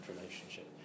relationship